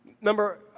Number